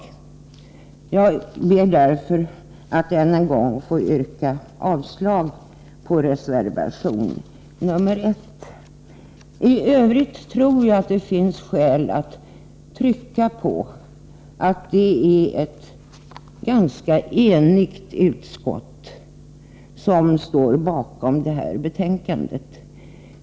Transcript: Jag ber därför att få yrka avslag på reservation 1. I övrigt tror jag att det finns skäl att understryka att det är ett ganska enigt utskott som står bakom det här betänkandet.